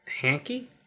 Hanky